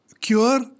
cure